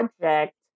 project